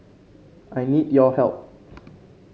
I need your help